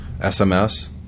SMS